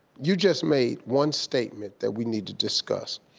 you just made one statement that we need to discuss.